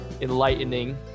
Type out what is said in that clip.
enlightening